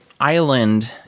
island